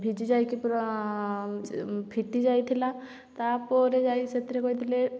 ଭିଜି ଯାଇକି ପୁରା ଫିଟି ଯାଇଥିଲା ତା ପରେ ଯାଇ ସେଥିରେ କହିଥିଲେ